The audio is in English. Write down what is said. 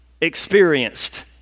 experienced